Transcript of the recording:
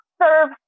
serve